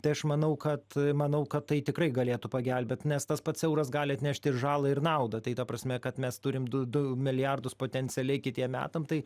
tai aš manau kad manau kad tai tikrai galėtų pagelbėt nes tas pats euras gali atnešti ir žalą ir naudą tai ta prasme kad mes turim du du milijardus potencialiai kitiem metam tai